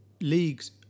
Leagues